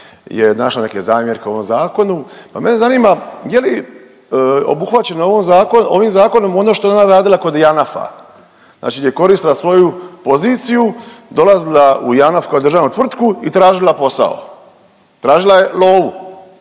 je našla neke zamjerke u ovom zakonu. Pa mene zanima je li obuhvaćeno ovim zakonom ono što je ona radila kod JANAF-a? Znači gdje je koristila svoju poziciju, dolazila u JANAF kao državnu tvrtku i tražila posao, tražila je lovu.